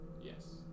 Yes